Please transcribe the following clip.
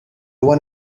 one